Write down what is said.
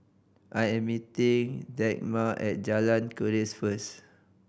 I am meeting Dagmar at Jalan Keris first